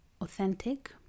authentic